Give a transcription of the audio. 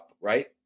right